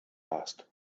asked